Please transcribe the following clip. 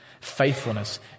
faithfulness